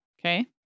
Okay